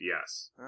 yes